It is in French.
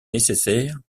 nécessaires